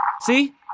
See